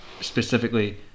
specifically